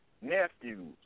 nephews